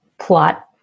plot